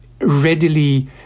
readily